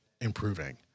improving